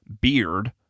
beard